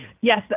yes